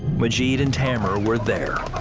majit and tammer were there.